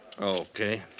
Okay